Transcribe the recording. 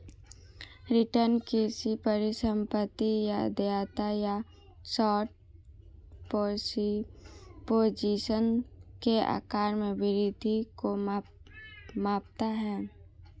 return किसी परिसंपत्ति या देयता या शॉर्ट पोजीशन के आकार में वृद्धि को मापता है